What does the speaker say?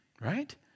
right